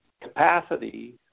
capacity